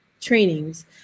trainings